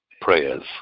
prayers